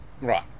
Right